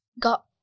got